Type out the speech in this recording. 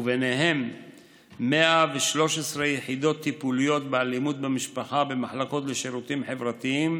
ובהם 113 יחידות טיפוליות באלימות במשפחה במחלקות לשירותים חברתיים,